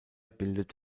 bildet